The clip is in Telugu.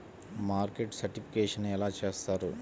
మార్కెట్ సర్టిఫికేషన్ ఎలా చేస్తారు?